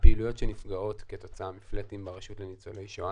הפעילויות שנפגעות כתוצאה מקיצוץ פלט ברשות לניצולי שואה,